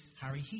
Harry